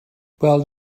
wel